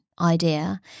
idea